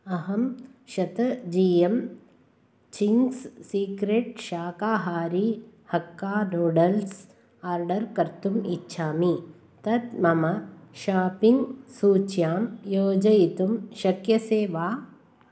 अहं शत G M Ching's Secret शाकाहारी हक्का नूडल्स् आर्डर् कर्तुम् इच्छामि तत् मम शाप्पिङ्ग् सूच्यां योजयितुं शक्यसे वा